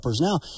now